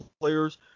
players